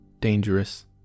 dangerous